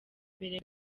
mbere